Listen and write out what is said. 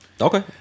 Okay